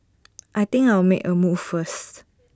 I think I'll make A move first